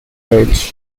rails